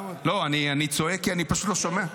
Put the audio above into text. לא, אני צועק כי אני פשוט לא שומע.